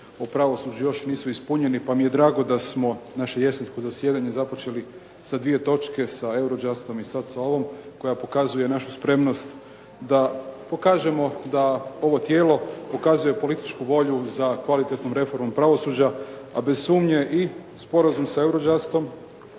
u pravosuđu još nisu ispunjeni pa mi je drago da smo naše jesensko zasjedanje započeli sa dvije točke, sa Eurojustom i sad s ovom koja pokazuje našu spremnost da pokažemo da ovo tijelo pokazuje političku volju za kvalitetnom reformom pravosuđa a bez sumnje i sporazum sa Eurojustom